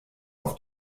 auf